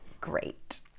great